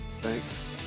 Thanks